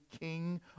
King